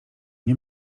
nie